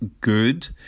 Good